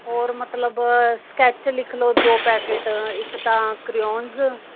ਹੋਰ ਮਤਲਬ ਸਕੈਚ ਲਿਖ ਲਓ ਦੋ ਪੈਕਿਟ ਇੱਕ ਤਾਂ ਕਰਿਓਨਜ਼